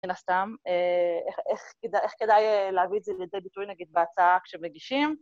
כן, סתם, איך כדאי להביא את זה לידי ביטוי נגיד בהצעה כשמגישים?